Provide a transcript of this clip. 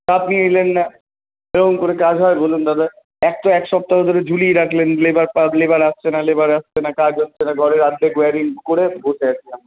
আপনি এলেন না এরকম করে কাজ হয় বলুন দাদা এক তো এক সপ্তাহ ধরে ঝুলিয়ে রাখলেন লেবার পা লেবার আসছে না লেবার আসছে না কাজ হচ্ছে না ঘরের আর্ধেক ওয়েরিং করে বসে আছি আমি